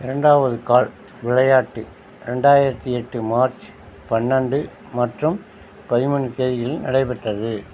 இரண்டாவது கால் விளையாட்டு ரெண்டாயிரத்தி எட்டு மார்ச் பன்னெண்டு மற்றும் பதிமூணு தேதிகளில் நடைபெற்றது